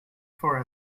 for